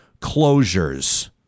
closures